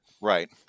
Right